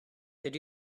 did